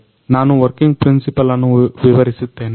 ನಾನು working principle ಅನ್ನು ವಿವರಿಸುತ್ತೇನೆ